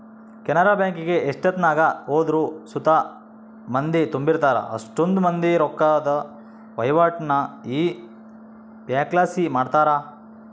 ಕೆನರಾ ಬ್ಯಾಂಕಿಗೆ ಎಷ್ಟೆತ್ನಾಗ ಹೋದ್ರು ಸುತ ಮಂದಿ ತುಂಬಿರ್ತಾರ, ಅಷ್ಟಕೊಂದ್ ಮಂದಿ ರೊಕ್ಕುದ್ ವಹಿವಾಟನ್ನ ಈ ಬ್ಯಂಕ್ಲಾಸಿ ಮಾಡ್ತಾರ